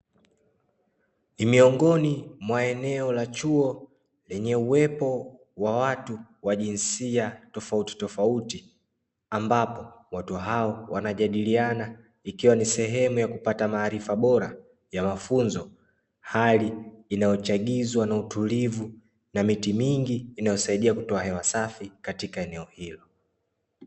Ni miongoni mwa eneo la chuo lenye uwepo wa watu wa jinsia tofautitofauti, ambapo watu hao wanajadiliana ikiwa ni sehemu ya kupata maarifa bora ya mafunzo. Hali inayochagizwa na utulivu na miti mingi inayosaidia kutoa hewa safi katika eneo hilo.